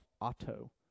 Otto